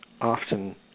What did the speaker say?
often